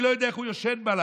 אני לא יודע איך הוא ישן בלילה.